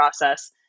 process